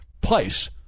place